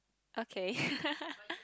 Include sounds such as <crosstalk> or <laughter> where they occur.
okay <laughs>